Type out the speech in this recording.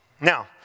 Now